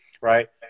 right